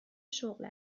شغل